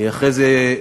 אחרי זה,